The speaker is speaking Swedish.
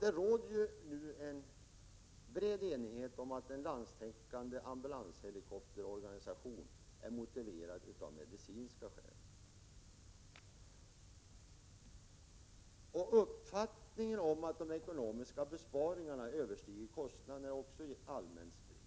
Det råder nu en bred enighet om att en landstäckande ambulanshelikopterorganisation är motiverad av medicinska skäl. Uppfattningen att de ekonomiska besparingarna överstiger kostnaderna är också allmänt spridd.